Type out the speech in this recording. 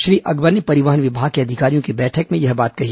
श्री अकबर ने परिवहन विभाग के अधिकारियों की बैठक में यह बात कही